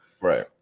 right